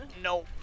No